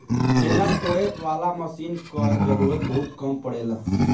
ढेला तोड़े वाला मशीन कअ जरूरत बहुत कम पड़ेला